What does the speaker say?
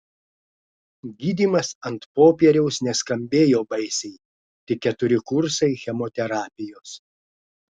gydymas ant popieriaus neskambėjo baisiai tik keturi kursai chemoterapijos